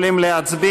אנחנו יכולים להצביע.